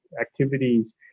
activities